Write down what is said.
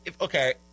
okay